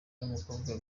n’umukobwa